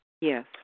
Yes